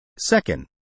Second